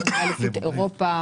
משחקי אליפות אירופה,